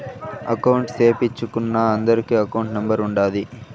account సేపిచ్చుకున్నా అందరికి account number ఉంటాది